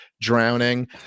drowning